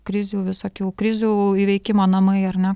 krizių visokių krizių įveikimo namai ar ne